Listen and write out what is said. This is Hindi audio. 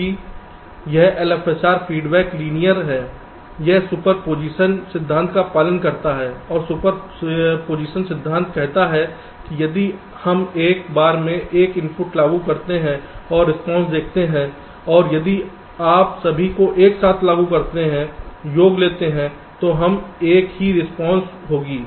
क्योंकि यह LFSR फीडबैक लीनियर है यह सुपरपोज़िशन सिद्धांत का पालन करता है और सुपरपोज़िशन सिद्धांत कहता है कि यदि हम एक बार में एक इनपुट लागू करते हैं और रिस्पांस देखते हैं और यदि आप सभी को एक साथ लागू करते हैं योग लेते हैं तो हम यह एक ही रिस्पांस होगी